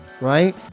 right